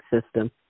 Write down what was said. system